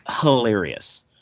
Hilarious